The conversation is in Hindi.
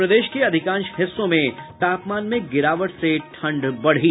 और प्रदेश के अधिकांश हिस्सों में तापमान में गिरावट से ठंड बढ़ी